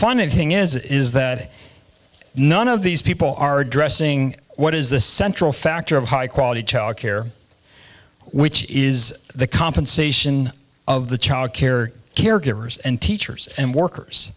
funny thing is is that none of these people are addressing what is the central factor of high quality childcare which is the compensation of the childcare caregivers and teachers and workers